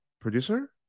producer